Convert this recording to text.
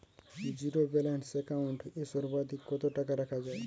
Zero balance account এ সর্বাধিক কত টাকা রাখা য়ায়?